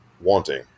wanting